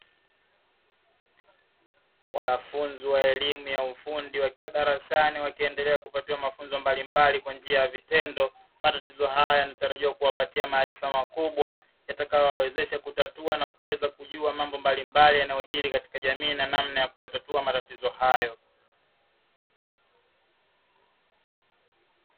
Wanafunzi wa elimu ya ufundi wakiwa darasani, wakiendelea kupatiwa mafunzo mbalimbali kwa njia ya vitendo. Matatizo haya yanatarajiwa kuwapatia maarifa makubwa, yatakayowawezesha kutatua na kuweza kujua mambo mbalimbali yanayojiri katika jamii na namna ya kuyatatua matatizo hayo.